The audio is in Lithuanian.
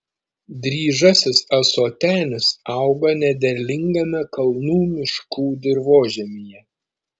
dryžasis ąsotenis auga nederlingame kalnų miškų dirvožemyje